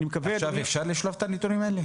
עכשיו אפשר לשלוף את הנתונים האלה?